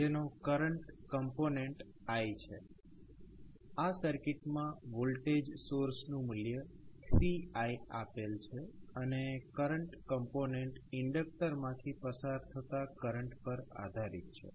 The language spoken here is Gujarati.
જેનો કરંટ કોમ્પોનેન્ટ i છે આ સર્કિટમાં વોલ્ટેજ સોર્સનું મૂલ્ય 3i આપેલ છે અને કરંટ કોમ્પોનેન્ટ ઇન્ડક્ટર માંથી પસાર થતા કરંટ પર આધારીત છે